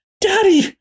Daddy